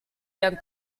yang